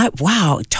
Wow